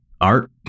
art